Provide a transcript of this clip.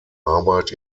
arbeit